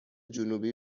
جنوبی